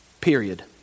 period